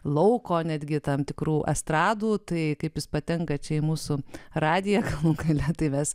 lauko netgi tam tikrų estradų tai kaip jis patenka čia į mūsų radiją aha tai mes